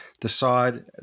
decide